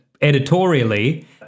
editorially